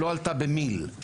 התחלואה לא עלתה במיל.